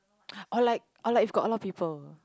or like or like if got a lot of people